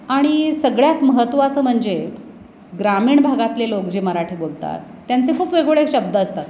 आणि सगळ्यात महत्त्वाचं म्हणजे ग्रामीण भागातले लोक जे मराठी बोलतात त्यांचे खूप वेगवेगळे शब्द असतात